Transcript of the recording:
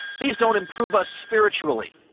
these don't improve us spiritually.